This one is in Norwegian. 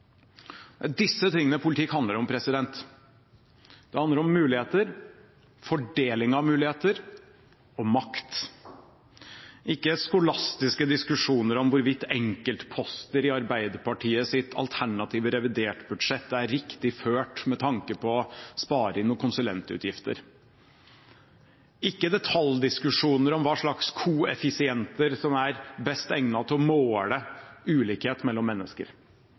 er disse tingene politikk handler om. Det handler om muligheter, fordeling av muligheter og makt – ikke skolastiske diskusjoner om hvorvidt enkeltposter i Arbeiderpartiets alternative reviderte budsjett er riktig ført med tanke på å spare inn noen konsulentutgifter, ikke detaljdiskusjoner om hva slags koeffisienter som er best egnet til å måle ulikhet mellom mennesker.